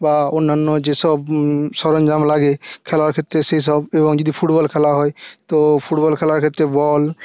বা অন্যান্য যে সব সরঞ্জাম লাগে খেলার ক্ষেত্রে সেসব এবং যদি ফুটবল খেলা হয় তো ফুটবল খেলার ক্ষেত্রে বল